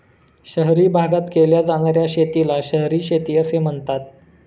शहरी भागात केल्या जाणार्या शेतीला शहरी शेती असे म्हणतात